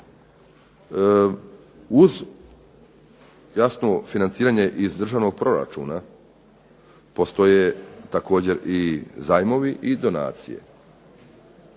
Uz jasno financiranje iz državnog proračuna postoje također i zajmovi i donacije,